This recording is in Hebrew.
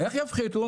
איך יפחיתו?